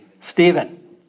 Stephen